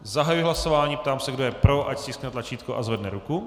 Zahajuji hlasování, ptám se, kdo je pro, ať stiskne tlačítko a zvedne ruku.